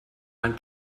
man